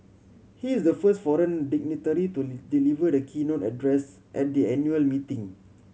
he is the first foreign dignitary to deliver the keynote address at the annual meeting